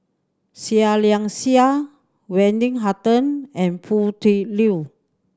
Seah Liang Seah Wendy Hutton and Foo Tui Liew